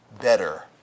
better